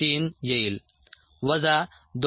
3 येईल वजा 2